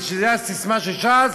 כי זו הססמה של ש"ס,